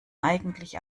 eigentlich